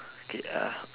okay uh